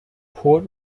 port